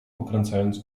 pokręcając